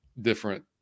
different